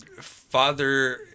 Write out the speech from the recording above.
father